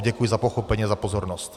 Děkuji za pochopení a za pozornost.